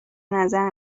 نظر